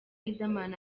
riderman